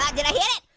um did i hit it?